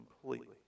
completely